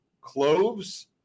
Cloves